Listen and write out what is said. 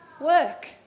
work